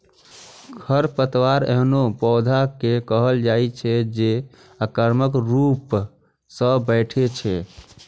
खरपतवार एहनो पौधा कें कहल जाइ छै, जे आक्रामक रूप सं बढ़ै छै